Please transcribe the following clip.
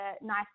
nice